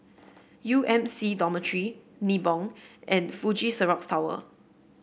U M C Dormitory Nibong and Fuji Xerox Tower